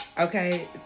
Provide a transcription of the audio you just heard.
Okay